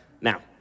Now